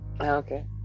Okay